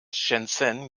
shenzhen